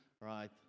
right